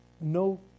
no